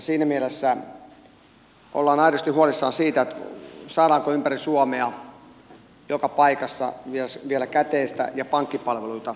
siinä mielessä ollaan aidosti huolissaan siitä saadaanko ympäri suomea joka paikassa vielä käteistä ja pankkipalveluita tasapuolisesti